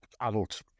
adult